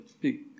big